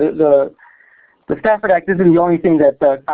the the stafford act isn't the only thing that